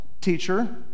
teacher